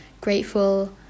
grateful